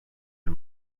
the